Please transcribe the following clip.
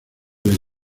las